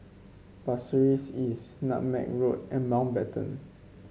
Pasir Ris East Nutmeg Road and Mountbatten